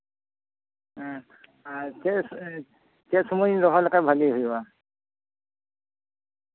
ᱦᱮᱸ ᱟᱨ ᱪᱮᱫ ᱪᱮᱫ ᱥᱚᱢᱚᱭ ᱤᱧ ᱨᱚᱦᱚᱭ ᱞᱮᱠᱷᱟᱱ ᱵᱷᱹᱟᱜᱤ ᱦᱩᱭᱩᱜᱼᱟ